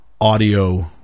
audio